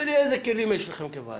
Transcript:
אומר לי, איזה כלים יש לכם כוועדה?